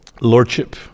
lordship